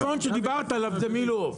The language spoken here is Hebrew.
גבול הצפון שדיברת עליו זה מילועוף.